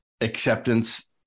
acceptance